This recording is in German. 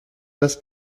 das